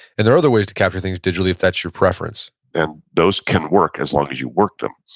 there are other ways to capture things digitally if that's your preference and those can work as long as you work them.